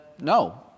no